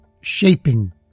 shaping